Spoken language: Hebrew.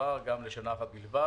580240984 תורת חסד,